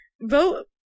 Vote